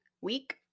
week